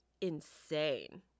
insane